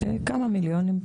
כמה מיליונים.